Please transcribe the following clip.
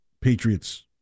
Patriots